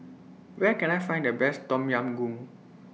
Where Can I Find The Best Tom Yam Goong